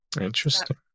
Interesting